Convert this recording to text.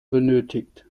benötigt